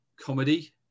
comedy